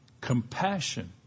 compassion